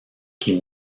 qu’il